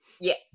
Yes